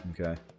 Okay